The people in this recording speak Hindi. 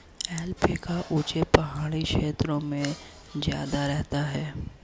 ऐल्पैका ऊँचे पहाड़ी क्षेत्रों में ज्यादा रहता है